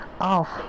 off